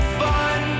fun